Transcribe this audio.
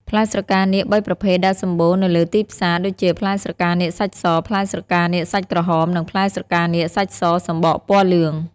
ផ្លែស្រកានាគ៣ប្រភេទដែលសម្បូរនៅលេីទីផ្សារ ដូចជា ផ្លែស្រកានាគសាច់ស ផ្លែស្រកានាគសាច់ក្រហម និងផ្លែស្រកានាគសាច់សសំបកពណ៌លឿង ។